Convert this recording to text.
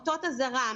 אותות אזהרה,